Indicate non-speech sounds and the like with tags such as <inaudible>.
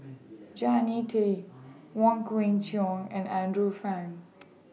<noise> Jannie Tay Wong Kwei Cheong and Andrew Phang